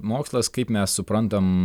mokslas kaip mes suprantam